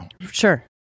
Sure